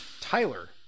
Tyler